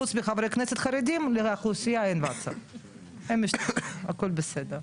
חוץ מחברי כנסת חרדים לאוכלוסייה אין וואטסאפ הכל בסדר.